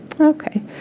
Okay